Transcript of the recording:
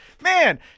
Man